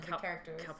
characters